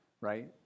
right